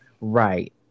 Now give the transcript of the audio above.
Right